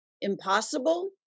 Impossible